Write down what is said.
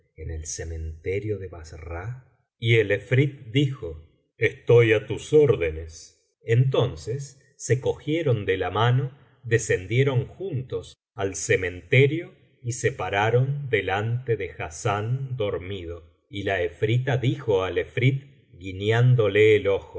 en el cementerio de bassra y el efrit dijo estoy á tus órdenes entonces se cogieron de la mano descendieron juntos al cementerio y se pararon delante de hassán dormido y la efrita dijo al efrit guiñándole el ojo